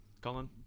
Colin